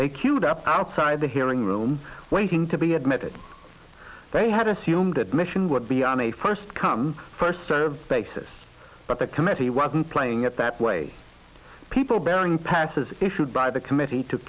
they queued up outside the hearing room waiting to be admitted they had assumed that mission would be on a first come first serve basis but the committee wasn't playing it that way people bearing passes issued by the committee to